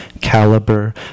caliber